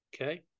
Okay